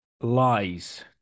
lies